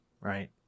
Right